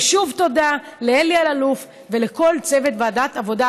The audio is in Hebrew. ושוב תודה לאלי אלאלוף ולכל צוות ועדת העבודה,